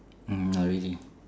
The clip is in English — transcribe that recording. mm not really